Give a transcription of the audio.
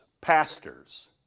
pastors